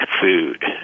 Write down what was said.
food